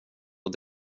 och